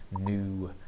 new